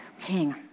King